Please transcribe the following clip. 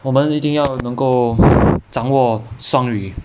我们一定要能够掌握双语